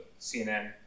CNN